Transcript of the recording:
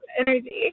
energy